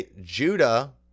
Judah